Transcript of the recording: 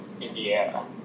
Indiana